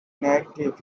native